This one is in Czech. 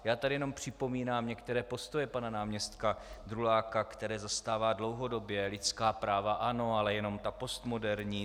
Já tady jenom připomínám některé postoje pana náměstka Druláka, které zastává dlouhodobě: Lidská práva ano, ale jenom ta postmoderní.